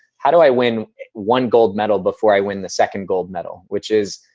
how do i win one gold medal before i win the second gold medal? which is,